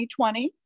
2020